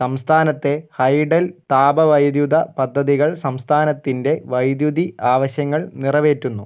സംസ്ഥാനത്തെ ഹൈഡൽ താപവൈദ്യുത പദ്ധതികൾ സംസ്ഥാനത്തിൻ്റെ വൈദ്യുതി ആവശ്യങ്ങൾ നിറവേറ്റുന്നു